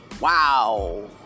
Wow